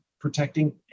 protecting